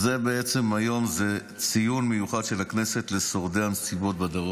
בעצם היום זה יום ציון מיוחד של הכנסת לשורדי המסיבות בדרום.